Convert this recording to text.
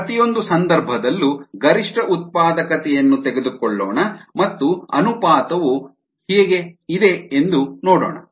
ಪ್ರತಿಯೊಂದು ಸಂದರ್ಭದಲ್ಲೂ ಗರಿಷ್ಠ ಉತ್ಪಾದಕತೆಯನ್ನು ತೆಗೆದುಕೊಳ್ಳೋಣ ಮತ್ತು ಅನುಪಾತವು ಹೇಗೆ ಇದೆ ಎಂದು ನೋಡೋಣ